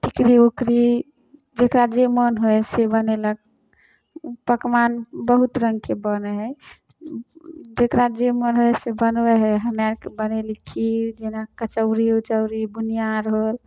टिकरी उकरी जकरा जे मोन होइ हइ से बनेलक पकवान बहुत रङ्गके बनै हइ जकरा जे मोन होइ हइ से बनबै हइ हमे आरके बनैली खीर जेना कचौड़ी उचौड़ी बुनिआँ आर होल